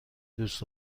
دوست